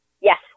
Yes